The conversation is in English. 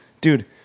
Dude